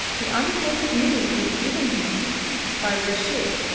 the unpleasant news was given him by reshid,